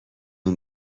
اون